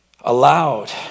allowed